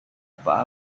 apa